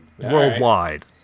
worldwide